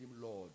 Lord